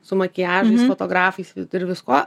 su makiažais fotografais ir viskuo